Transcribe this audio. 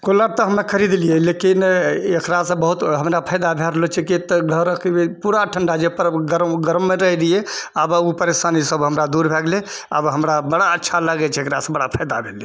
cooler तऽ हमे खरीदलियै लेकिन एकरासँ बहुत हमरा फायदा भै रहलौ छै किआ तऽ घरोके भी पूरा ठंडा जे गरममे रहैत रहियै आब ओ परेशानीसभ हमरा दूर भै गेलय आब हमरा बड़ा अच्छा लागैत छै एकरासँ बड़ा फायदा फायदा भेलय